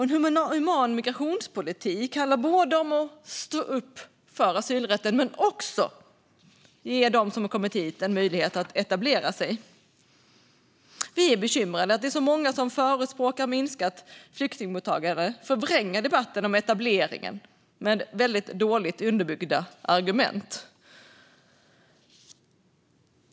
En human migrationspolitik handlar om att stå upp för asylrätten men också om att ge dem som kommit hit en möjlighet att etablera sig. Vi är bekymrade över att så många som förespråkar minskat flyktingmottagande förvränger debatten om etableringen med väldigt dåligt underbyggda argument.